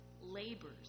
labors